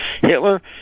Hitler